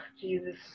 Jesus